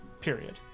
Period